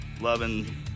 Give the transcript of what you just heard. loving